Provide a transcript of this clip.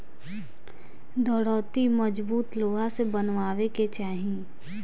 दराँती मजबूत लोहा से बनवावे के चाही